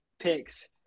picks